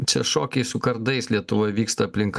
čia šokiai su kardais lietuvoj vyksta aplink